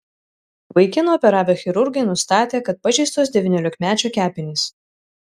vaikiną operavę chirurgai nustatė kad pažeistos devyniolikmečio kepenys